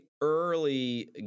early